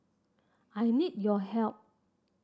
I need your help